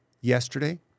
Yesterday